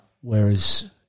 whereas –